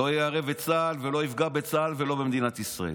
לא יערב את צה"ל ולא יפגע בצה"ל ולא במדינת ישראל,